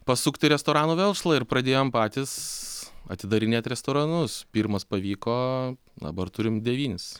pasukt į restoranų verslą ir pradėjom patys atidarinėt restoranus pirmas pavyko dabar turim devynis